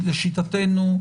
לשיטתנו,